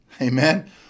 Amen